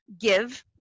give